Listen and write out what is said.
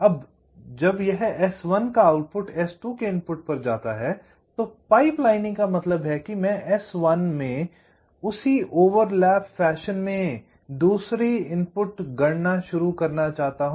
अब जब यह S1 का आउटपुट S2 के इनपुट पर जाता है तो पाइपलाइनिंग का मतलब है कि मैं S1 में उसी ओवर लैप फैशन में दूसरी इनपुट गणना शुरू करना चाहता हूं